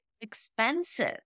expensive